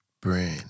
brain